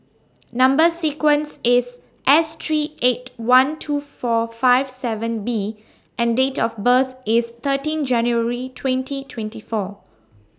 Number sequence IS S three eight one two four five seven B and Date of birth IS thirteen January twenty twenty four